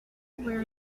where